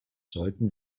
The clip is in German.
sollten